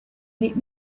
let